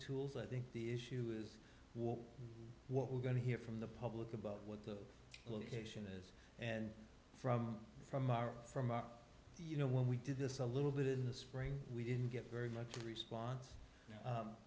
tools i think the issue is was what we're going to hear from the public about what the location is and from from our from our you know when we did this a little bit in the spring we didn't get very much response